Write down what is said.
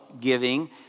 giving